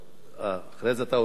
אחרי זה אתה רוצה עוד פעם?